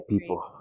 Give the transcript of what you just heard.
people